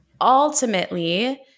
ultimately